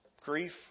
grief